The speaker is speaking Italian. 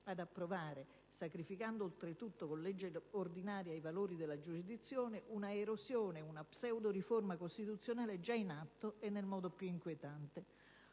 ad approvare, sacrificando (oltretutto con legge ordinaria) i valori della giurisdizione, una erosione, una pseudo-riforma costituzionale è già in atto, nel modo più inquietante.